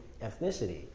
ethnicity